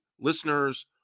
listeners